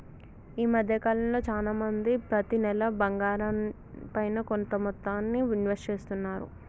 ఈ మద్దె కాలంలో చానా మంది ప్రతి నెలా బంగారంపైన కొంత మొత్తాన్ని ఇన్వెస్ట్ చేస్తున్నారు